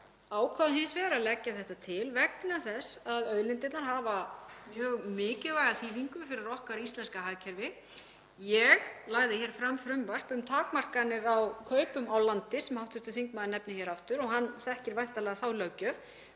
ákvað hins vegar að leggja þetta til vegna þess að auðlindirnar hafa mjög mikilvæga þýðingu fyrir okkar íslenska hagkerfi. Ég lagði fram frumvarp um takmarkanir á kaupum á landi, sem hv. þingmaður nefnir hér aftur og hann þekkir væntanlega þá löggjöf,